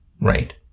right